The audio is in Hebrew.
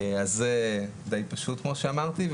זה די פשוט כמו שאמרתי.